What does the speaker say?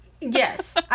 Yes